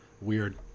weird